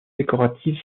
décorative